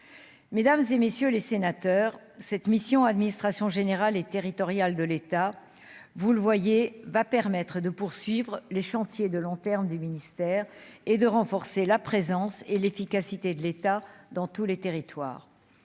mesdames et messieurs les sénateurs, cette mission Administration générale et territoriale de l'État, vous le voyez, va permettre de poursuivre les chantiers de long terme du ministère et de renforcer la présence et l'efficacité de l'État dans tous les territoires,